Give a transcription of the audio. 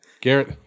Garrett